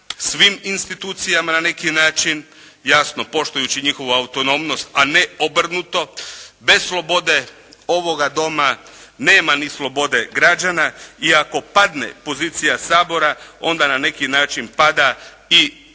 svim institucijama na neki način, jasno poštujući njihovu autonomnost a ne obrnuto. Bez slobode ovoga Doma nema ni slobode građana i ako padne pozicija Sabora onda na neki način pada i